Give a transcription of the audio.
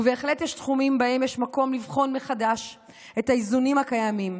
ובהחלט יש תחומים בהם יש מקום לבחון מחדש את האיזונים הקיימים.